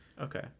okay